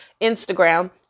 Instagram